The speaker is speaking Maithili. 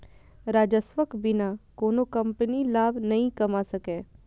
राजस्वक बिना कोनो कंपनी लाभ नहि कमा सकैए